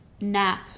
nap